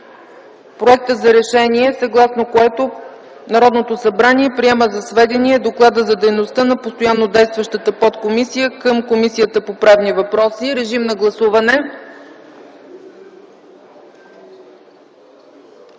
проекта за решение, съгласно което Народното събрание приема за сведение Доклада за дейността на постояннодействащата подкомисия към Комисията по правни въпроси. Моля, гласувайте.